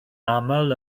aml